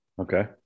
Okay